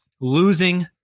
losing